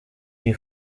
iyi